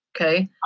okay